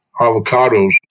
avocados